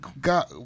God